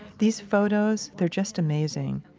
these photos, they're just amazing.